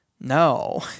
no